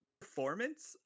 performance